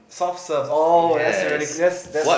soft serve oh that's really that's that's